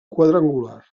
quadrangular